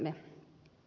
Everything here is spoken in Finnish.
puhemies